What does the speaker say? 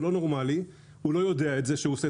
הוא לא יודע.